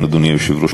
אדוני היושב-ראש,